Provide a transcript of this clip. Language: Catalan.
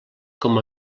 com